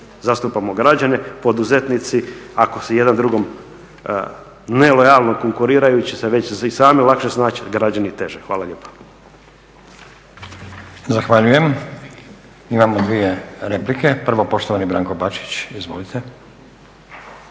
zastupamo građane. Poduzetnici ako jedan drugom nelojalno konkuriraju će se već i sami lakše snaći, građani teže. Hvala lijepa. **Stazić, Nenad (SDP)** Zahvaljujem. Imamo dvije replike. Prvo poštovani Branko Bačić, izvolite.